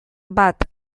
bat